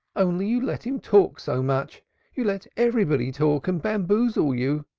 only you let him talk so much you let everybody talk and bamboozle you.